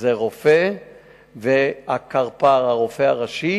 אלא הרופא והקרפ"ר, הרופא הראשי.